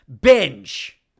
binge